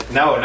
no